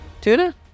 Tuna